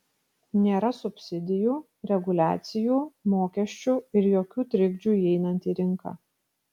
nėra subsidijų reguliacijų mokesčių ir jokių trikdžių įeinant į rinką